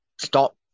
stop